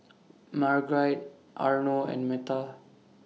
Margurite Arno and Meta